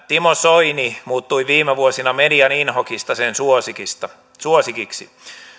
timo soini muuttui viime vuosina median inhokista sen suosikiksi suosikiksi